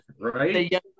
right